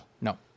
No